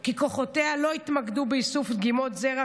כי כוחותיה לא התמקדו באיסוף דגימות זרע